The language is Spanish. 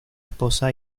esposa